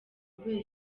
kubera